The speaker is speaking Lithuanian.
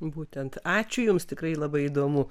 būtent ačiū jums tikrai labai įdomu